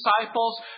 disciples